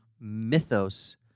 mythos